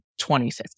2050